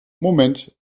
moment